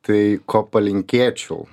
tai ko palinkėčiau